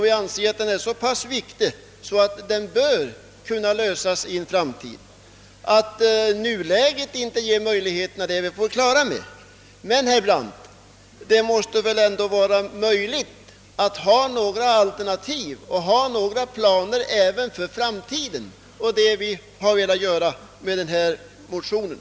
Vi anser den så viktig att den bör kunna lösas i en framtid, Att nuläget inte ger några möjligheter till en lösning är vi på det klara med, men det måste väl ändå vara möjligt att ställa upp några alternativ och göra upp planer även för framtiden, och det är vad vi har velat göra med vår motion.